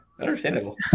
understandable